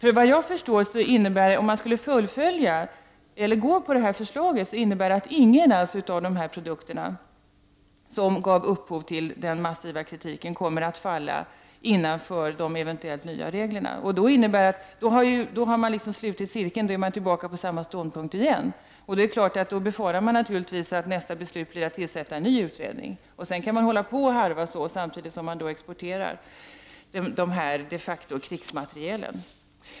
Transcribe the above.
Om man skulle gå på utredningens förslag innebär det, vad jag förstår, att inga av de produkter som gav upphov till den massiva kritiken kommer att falla innanför ramarna för de eventuella nya reglerna. Det innebär att man har slutit cirkeln. Man är tillbaka på samma ståndpunkt igen. Det kan naturligtvis befaras att nästa beslut blir att man skall tillsätta en ny utredning. Sedan kan man hålla på och harva på det sättet, samtidigt som man exporterar den materiel som de facto är krigsmateriel.